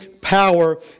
power